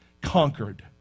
conquered